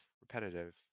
repetitive